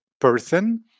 person